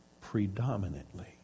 predominantly